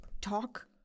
talk